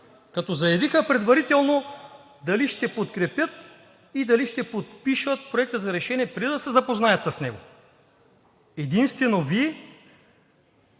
като заявиха предварително дали ще подкрепят и дали ще подпишат Проекта за решение преди да се запознаят с него. Единствено Вие